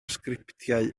sgriptiau